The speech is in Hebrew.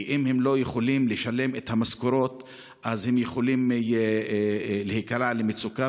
כי אם הם לא יכולים לשלם את המשכורות אז הם יכולים להיקלע למצוקה,